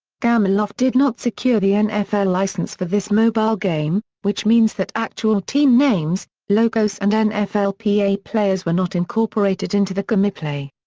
gameloft did not secure the nfl license for this mobile game, which means that actual team names, logos and nflpa players were not incorporated into the gameplay.